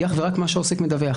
היא אך ורק מה שהעוסק מדווח.